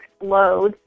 explode